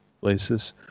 places